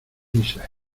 ulises